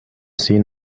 seen